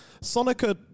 Sonica